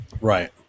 Right